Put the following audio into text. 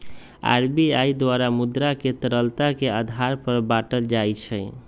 RBI द्वारा मुद्रा के तरलता के आधार पर बाटल जाइ छै